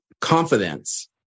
confidence